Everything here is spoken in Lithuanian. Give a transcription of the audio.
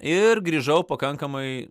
ir grįžau pakankamai